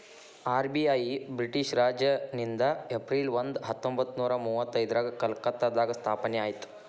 RBI British ರಾಜನಿಂದ April ಒಂದ ಹತ್ತೊಂಬತ್ತನೂರ ಮುವತ್ತೈದ್ರಾಗ ಕಲ್ಕತ್ತಾದಾಗ ಸ್ಥಾಪನೆ ಆಯ್ತ್